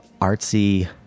artsy